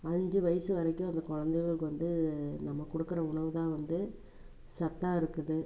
அஞ்சு வயது வரைக்கும் அந்த குழந்தைங்களுக்கு வந்து நம்ம கொடுக்குற உணவு தான் வந்து சத்தாக இருக்குது